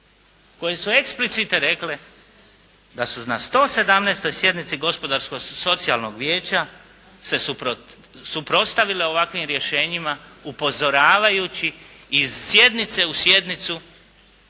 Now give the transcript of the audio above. koje su explicite rekle da su na 117. sjednici Gospodarsko-socijalnog vijeća se suprotstavile ovakvim rješenjima upozoravajući iz sjednice u sjednicu